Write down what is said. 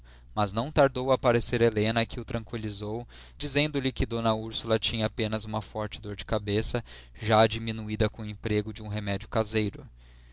mas não tardou a aparecer helena que o tranqüilizou dizendo-lhe que d úrsula tinha apenas uma forte dor de cabeça já diminuída com o emprego de um remédio caseiro